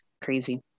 crazy